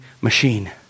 machine